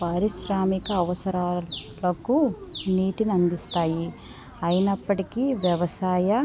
పారిశ్రామిక అవసరాలకు నీటిని అందిస్తాయి అయినప్పటికీ వ్యవసాయ